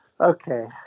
Okay